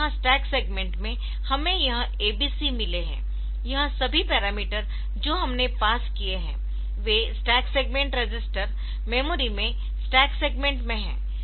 तो यहां stack segment में हमें यह abc मिले है यह सभी पैरामीटर जो हमने पास किए है वे स्टैक सेगमेंट रजिस्टर मेमोरी में स्टैक सेगमेंट में है